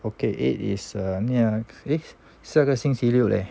okay eight is err near eh 下个星期六 leh